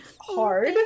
hard